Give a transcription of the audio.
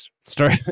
start